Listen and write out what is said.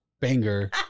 banger